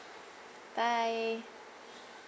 bye